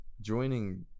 joining